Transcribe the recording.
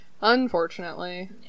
unfortunately